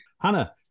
Hannah